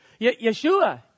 Yeshua